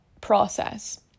process